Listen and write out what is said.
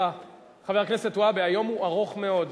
חבר הכנסת והבה, היום הוא ארוך מאוד.